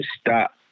stop